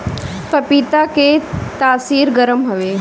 पपीता के तासीर गरम हवे